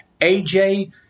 AJ